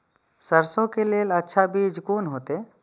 सरसों के लेल अच्छा बीज कोन होते?